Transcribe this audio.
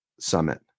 Summit